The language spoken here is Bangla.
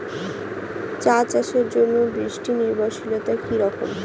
চা চাষের জন্য বৃষ্টি নির্ভরশীলতা কী রকম?